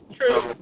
True